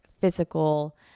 physical